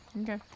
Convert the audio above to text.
Okay